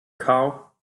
cow